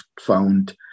found